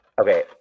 Okay